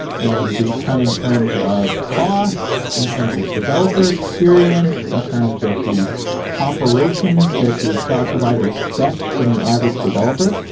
and these come in terms of costs, in terms of developer experience, in terms of the operations that the cloud provider expects from the average developer,